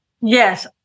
Yes